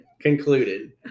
concluded